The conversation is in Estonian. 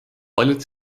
paljud